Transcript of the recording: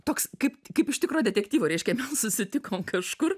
toks kaip kaip iš tikro detektyvo reiškia susitikom kažkur